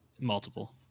Multiple